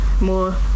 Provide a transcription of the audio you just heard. more